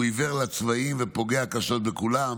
הוא עיוור לצבעים ופוגע קשות בכולם,